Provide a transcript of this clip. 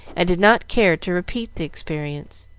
and did not care to repeat the experience.